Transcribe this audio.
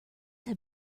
had